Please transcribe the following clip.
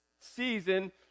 season